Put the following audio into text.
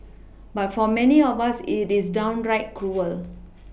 but for many of us it is downright cruel